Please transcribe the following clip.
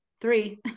Three